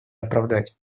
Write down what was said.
оправдать